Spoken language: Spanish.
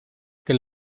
que